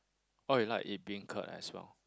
orh you like eat beancurd as well